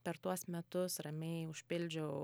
per tuos metus ramiai užpildžiau